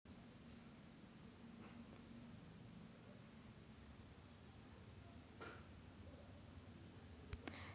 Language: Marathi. सापेक्ष परतावा हा एक सैद्धांतिक निष्क्रीय संदर्भ पोर्टफोलिओ आहे